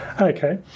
Okay